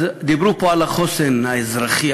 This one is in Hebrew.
אז דיברו פה על החוסן האזרחי,